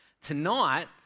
Tonight